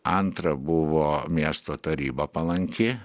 antra buvo miesto taryba palanki